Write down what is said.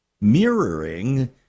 Mirroring